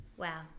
Wow